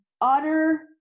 utter